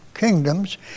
kingdoms